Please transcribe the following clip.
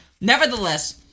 Nevertheless